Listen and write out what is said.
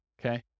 Okay